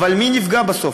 אבל מי נפגע בסוף?